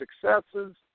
successes